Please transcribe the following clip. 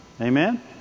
Amen